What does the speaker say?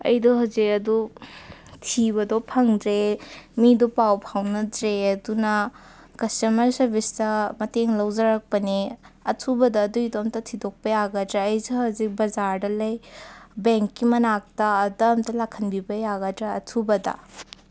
ꯑꯩꯗꯣ ꯍꯧꯖꯤꯛ ꯑꯗꯨ ꯊꯤꯕꯗꯣ ꯐꯪꯗ꯭ꯔꯦ ꯃꯤꯗꯣ ꯄꯥꯎ ꯐꯥꯎꯅꯗ꯭ꯔꯦ ꯑꯗꯨꯅ ꯀꯁꯇꯃꯔ ꯁꯥꯔꯚꯤꯁꯇ ꯃꯇꯦꯡ ꯂꯧꯖꯔꯛꯄꯅꯦ ꯑꯊꯨꯕꯗ ꯑꯗꯨꯒꯤꯗꯣ ꯑꯃꯇ ꯊꯤꯗꯣꯛꯄ ꯌꯥꯒꯗ꯭ꯔꯥ ꯑꯩꯁꯦ ꯍꯧꯖꯤꯛ ꯕꯖꯥꯔꯗ ꯂꯩ ꯕꯦꯡꯛꯀꯤ ꯃꯅꯥꯛꯇ ꯑꯗ ꯑꯃꯇ ꯂꯥꯛꯍꯟꯕꯤꯕ ꯌꯥꯒꯗ꯭ꯔꯥ ꯑꯊꯨꯕꯗ